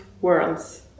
worlds